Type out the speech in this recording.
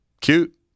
Cute